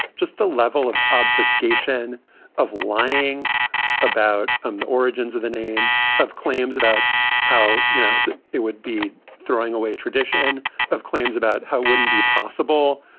just the level of obfuscation of lying about um the origins of the name of claims about how you know that it would be throwing away a tradition of claims about how wouldn't be possible.